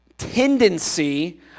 tendency